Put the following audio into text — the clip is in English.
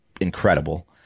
Incredible